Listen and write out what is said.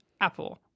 apple